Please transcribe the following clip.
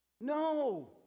No